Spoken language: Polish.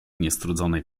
niestrudzonej